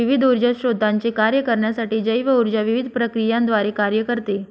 विविध ऊर्जा स्त्रोतांचे कार्य करण्यासाठी जैव ऊर्जा विविध प्रक्रियांद्वारे कार्य करते